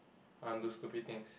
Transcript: I want do stupid things